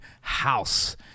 House